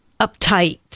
uptight